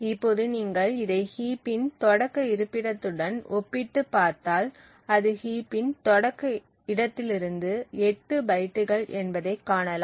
இப்போது நீங்கள் இதை ஹீப்பின் தொடக்க இருப்பிடத்துடன் ஒப்பிட்டுப் பார்த்தால் அது ஹீப்பின் தொடக்க இடத்திலிருந்து 8 பைட்டுகள் என்பதைக் காணலாம்